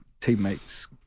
teammates